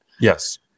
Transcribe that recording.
Yes